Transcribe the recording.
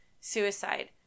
suicide